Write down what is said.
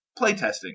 playtesting